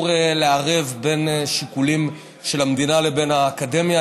לערב בין שיקולים של המדינה לבין האקדמיה.